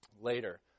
later